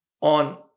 on